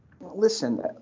listen